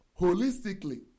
holistically